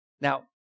Now